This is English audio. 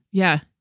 yeah,